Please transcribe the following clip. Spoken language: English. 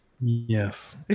Yes